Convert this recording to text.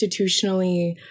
institutionally